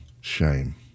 Shame